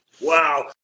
Wow